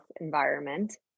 environment